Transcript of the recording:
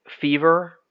fever